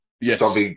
Yes